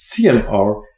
CMR